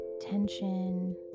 tension